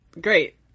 Great